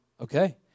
Okay